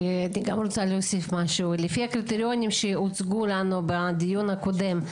אני גם רוצה להוסיף משהו: לפי הקריטריונים שהוצגו לנו בדיון הקודם,